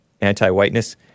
anti-whiteness